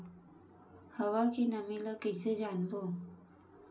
हवा के नमी ल कइसे जानबो?